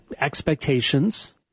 expectations